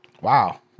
Wow